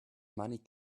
money